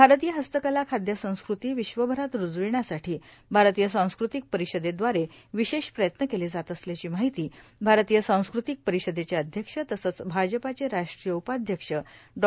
भारतीयहस्तकलाए खादयसंस्कृती विश्वभरात रुजविण्यासाठी भारतीय सांस्कृतिक परिषदेदवारे विशेष प्रयन्त केले जात असल्याची माहिती भारतीय सांस्कृतिक परिषदेचे अध्यक्ष तसंच भाजपाचे राष्ट्रीय उपाध्यक्ष डॉ